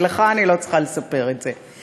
ולך אני לא צריכה לספר את זה.